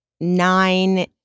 nine